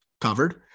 covered